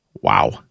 Wow